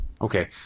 Okay